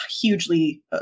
hugely